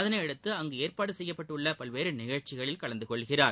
இதனை அடுத்து அங்கு ஏற்பாடு செய்யப்பட்டுள்ள பல்வேறு நிகழ்ச்சிகள் கலந்து கொள்கிறார்